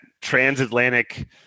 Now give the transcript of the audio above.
transatlantic